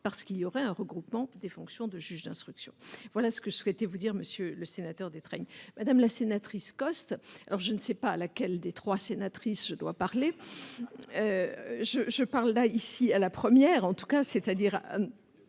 parce qu'il y aurait un regroupement. Des fonctions de juge d'instruction, voilà ce que je souhaitais vous dire monsieur le sénateur Détraigne madame la sénatrice Coste alors je ne sais pas laquelle des trois, sénatrice je dois parler je je parle là, ici, à la première, en tout cas, c'est à dire